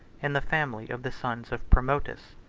in the family of the sons of promotus.